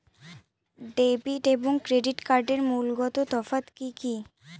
Debit এবং credit কার্ডের মূলগত তফাত কি কী?